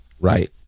Right